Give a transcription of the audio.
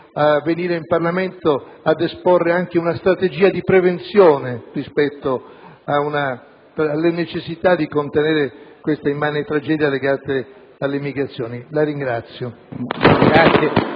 a venire in Parlamento ad esporre una strategia di prevenzione, rispetto alla necessità di contenere questa immane tragedia legata alle immigrazioni. *(Applausi